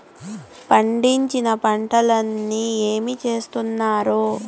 పండించిన పంటలని ఏమి చేస్తున్నారు?